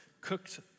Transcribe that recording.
cooked